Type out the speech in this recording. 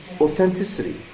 authenticity